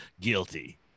Guilty